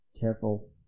careful